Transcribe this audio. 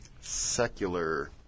Secular